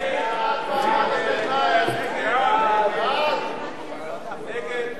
ההסתייגות